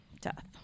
death